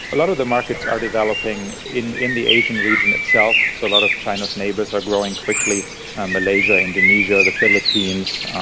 a lot of the markets are developing in in the asian region itself, so a lot of china's neighbours are growing quickly ah malaysia, indonesia, the philippines,